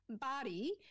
body